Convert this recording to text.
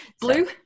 Blue